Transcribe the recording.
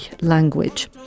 language